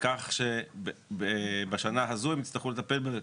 כי מה שקורה זה שאם יש לנו איזשהו מספר קירות במרפסת זיז,